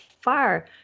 far